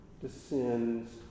descends